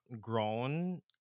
grown